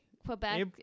Quebec